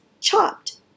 chopped